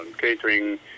catering